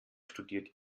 studiert